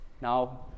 Now